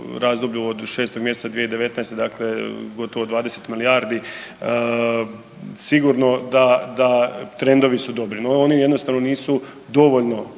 razdoblju od 6. mjeseca 2019. dakle gotovo 20 milijardi, sigurno da trendovi su dobri, no oni jednostavno nisu dovoljno